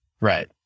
Right